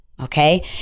Okay